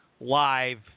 live